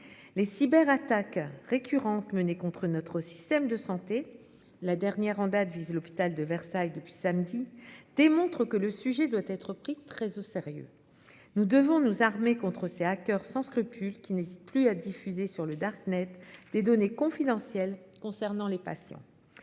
Les cyber attaques récurrentes menée contre notre système de santé. La dernière en date vise l'hôpital de Versailles depuis samedi démontrent que le sujet doit être pris très au sérieux. Nous devons nous contre c'est à coeur sans scrupules qui n'hésitent plus à diffuser sur le dark Net des données confidentielles concernant les patients.